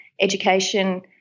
education